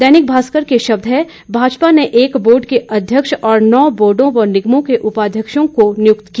दैनिक भास्कर के शब्द हैं भाजपा ने एक बोर्ड के अध्यक्ष और नौ बोर्डो व निगमों के उपाध्यक्षों को नियुक्त किया